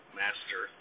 master